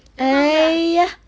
!eeyer!